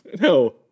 No